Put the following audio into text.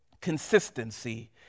consistency